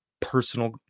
personal